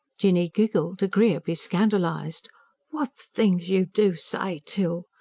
jinny giggled, agreeably scandalized what things you do say, till!